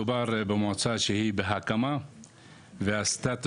מדובר במועצה שהיא בהקמה והסטטוס